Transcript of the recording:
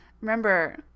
remember